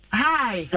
hi